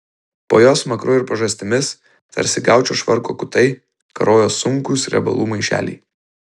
po jos smakru ir pažastimis tarsi gaučo švarko kutai karojo sunkūs riebalų maišeliai